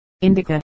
Indica